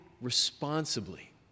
responsibly